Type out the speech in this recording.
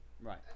Right